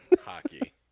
hockey